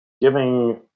giving